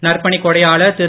நற்பணிக் கொடையாளர் திரு